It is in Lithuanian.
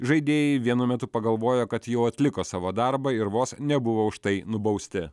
žaidėjai vienu metu pagalvojo kad jau atliko savo darbą ir vos nebuvo už tai nubausti